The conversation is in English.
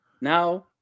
now